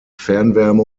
fernwärme